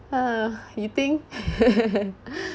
uh you think